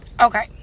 Okay